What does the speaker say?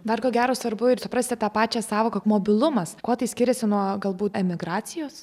dar ko gero svarbu ir suprasti tą pačią sąvoką mobilumas kuo tai skiriasi nuo galbūt emigracijos